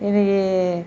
இன்றைக்கி